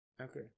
okay